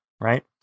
right